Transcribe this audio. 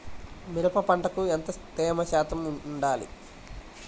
మిరప పంటకు ఎంత తేమ శాతం వుండాలి?